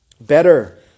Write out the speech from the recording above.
better